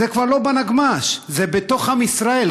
זה כבר לא בנגמ"ש, זה בתוך עם ישראל.